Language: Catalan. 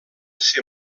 ser